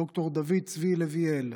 ד"ר דוד צבי לויאל,